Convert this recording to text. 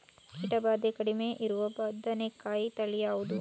ಕೀಟ ಭಾದೆ ಕಡಿಮೆ ಇರುವ ಬದನೆಕಾಯಿ ತಳಿ ಯಾವುದು?